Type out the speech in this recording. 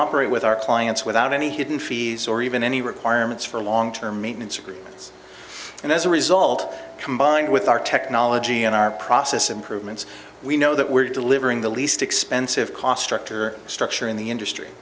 operate with our clients without any hidden fees or even any requirements for long term maintenance agreements and as a result combined with our technology and our process improvements we know that we're delivering the least expensive cost structure structure in the industry